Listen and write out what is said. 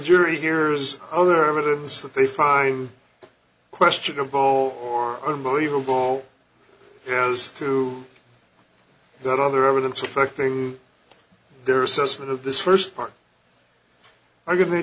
jury hears other evidence that they find questionable or unbelievable as to that other evidence affecting their assessment of this first part